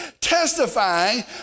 testifying